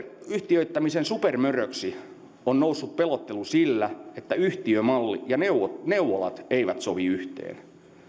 yhtiöittämisen supermöröksi on noussut pelottelu sillä että yhtiömalli ja neuvolat eivät sovi yhteen